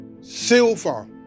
silver